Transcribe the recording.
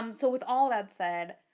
um so with all that said,